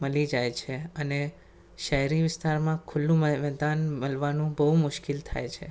મળી જાય છે અને શહેરી વિસ્તારમાં ખુલ્લું મે મેદાન મળવાનું બહુ મુશ્કેલ થાય છે